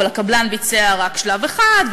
אבל הקבלן ביצע רק שלב אחד,